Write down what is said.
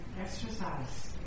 exercise